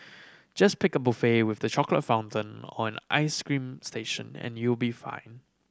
just pick a buffet with the chocolate fountain or an ice cream station and you'll be fine